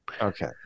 Okay